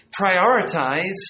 prioritize